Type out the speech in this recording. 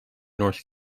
north